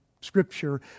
Scripture